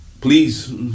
please